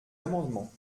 amendements